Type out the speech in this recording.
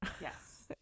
yes